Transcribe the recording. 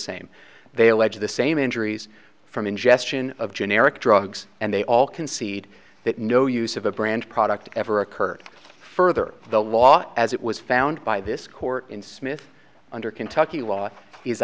same they allege the same injuries from ingestion of generic drugs and they all concede that no use of a brand product ever occurred further the law as it was found by this court in smith under kentucky law is